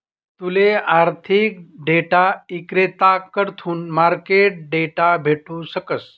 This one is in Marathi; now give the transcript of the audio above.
तूले आर्थिक डेटा इक्रेताकडथून मार्केट डेटा भेटू शकस